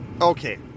Okay